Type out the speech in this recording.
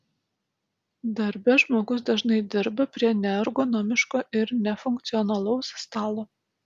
darbe žmogus dažnai dirba prie neergonomiško ir nefunkcionalaus stalo